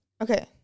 okay